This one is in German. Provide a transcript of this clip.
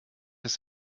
ist